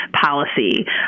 policy